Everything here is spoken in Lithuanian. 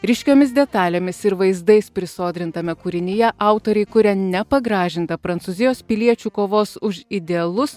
ryškiomis detalėmis ir vaizdais prisodrintame kūrinyje autoriai kuria nepagražintą prancūzijos piliečių kovos už idealus